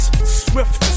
swift